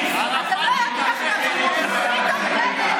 עליתם ביחד לקבר של ערפאת.